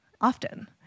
often